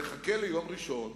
נחכה ליום ראשון,